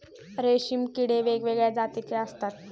रेशीम किडे वेगवेगळ्या जातीचे असतात